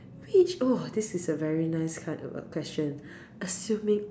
which oh this is a very nice kind of question assuming